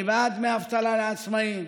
אני בעד דמי אבטלה לעצמאים,